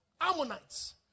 Ammonites